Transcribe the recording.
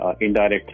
Indirect